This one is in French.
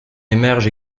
émerge